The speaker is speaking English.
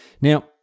Now